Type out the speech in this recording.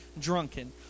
drunken